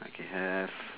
okay have